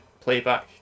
playback